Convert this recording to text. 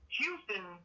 Houston